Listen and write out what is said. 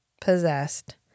possessed